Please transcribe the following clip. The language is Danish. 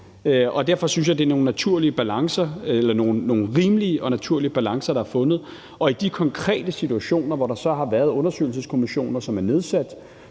derfor synes jeg, at det er nogle rimelige og naturlige balancer, der er fundet. I de konkrete situationer, hvor der så har været undersøgelseskommissioner, som er nedsat